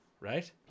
right